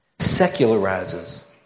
secularizes